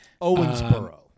Owensboro